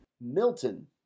Milton